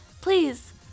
please